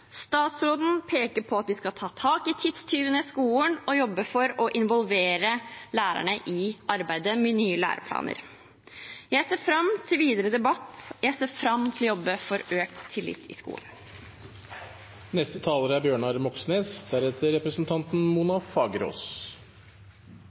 Statsråden peker på at vi skal ta tak i tidstyvene i skolen og jobbe for å involvere lærerne i arbeidet med nye læreplaner. Jeg ser fram til videre debatt, jeg ser fram til å jobbe for økt tillit i skolen.